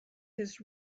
his